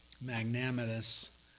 magnanimous